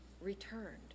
returned